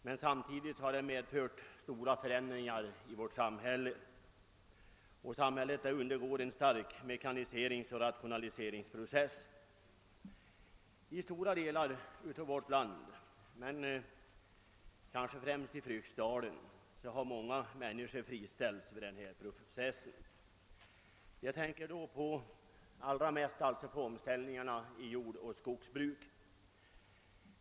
Men samtidigt har den medfört stora förändringar i vårt samhälle, som undergår en stark mekaniseringsoch rationaliseringsprocess. I stora delar av vårt land men kanske främst i Fryksdalen har många människor friställts vid denna process. Jag tänker då främst på omställningarna i jordoch skogsbruket.